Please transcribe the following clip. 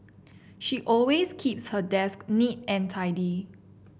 she always keeps her desk neat and tidy